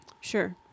Sure